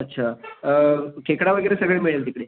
अच्छा खेकडा वगैरे सगळं मिळेल तिकडे